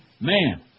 man